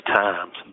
times